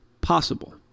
possible